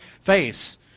face